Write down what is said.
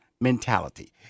mentality